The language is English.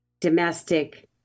domestic